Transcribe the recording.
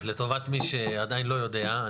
אז לטובת מי שעדיין לא יודע,